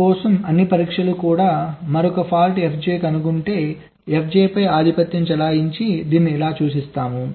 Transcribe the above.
కోసం అన్ని పరీక్షలు కూడా మరొక ఫాల్ట్ fj కనుగొంటేfj ఫైపై ఆధిపత్యం చెలాయించి దీనిని ఇలా సూచిస్తాము